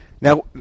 Now